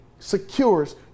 secures